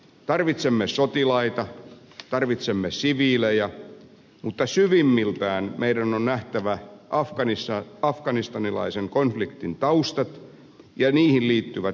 tarvitsemme sotilaita tarvitsemme siviilejä mutta syvimmiltään meidän on nähtävä afganistanilaisen konfliktin taustat ja niihin liittyvät ratkaisumahdollisuudet